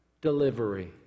delivery